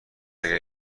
اگر